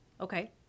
okay